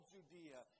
Judea